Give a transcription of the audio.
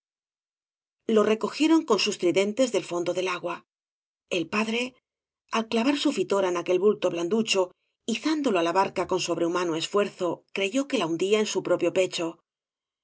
lo recogieron con sus tridentes del fondo del agua el padre al clavar su fitora en aquel bulto blanducho izándolo á la barca con sobrehumano eefuerzo creyó que la hundía en su propio pecho